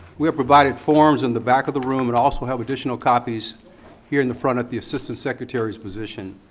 we have provided forms in the back of the room, and also have additional copies here in the front at the assistant secretary's position.